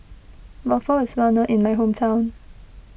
Waffle is well known in my hometown